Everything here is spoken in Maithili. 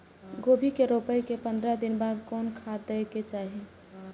गोभी के रोपाई के पंद्रह दिन बाद कोन खाद दे के चाही?